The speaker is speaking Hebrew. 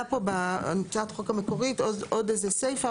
היה פה בהצעת החוק המקורית עוד איזה סיפה,